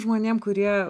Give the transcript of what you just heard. žmonėm kurie